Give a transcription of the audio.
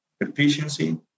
efficiency